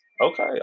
Okay